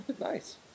Nice